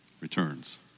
returns